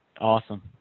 Awesome